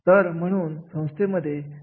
या दोन्ही गोष्टी खूप महत्त्वाचे असतात